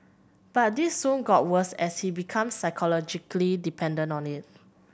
but this soon got worse as he became psychologically dependent on it